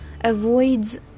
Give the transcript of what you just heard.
avoids